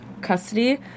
custody